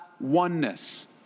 oneness